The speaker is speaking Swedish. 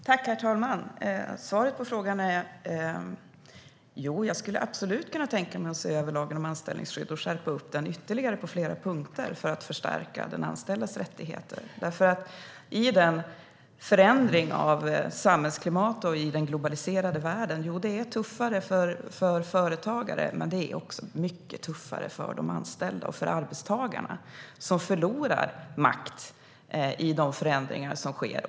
Herr talman! Svaret på frågan är att jag absolut skulle kunna tänka mig att se över lagen om anställningsskydd och skärpa den på flera punkter för att förstärka den anställdes rättigheter. I förändringen av samhällsklimatet och i den globaliserade världen är det tuffare för företagare, men det är också mycket tuffare för de anställda, för arbetstagarna. De förlorar makt i de förändringar som sker.